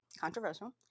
controversial